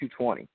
220